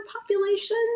population